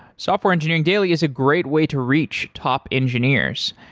software engineering daily is a great way to reach top engineers.